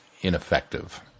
ineffective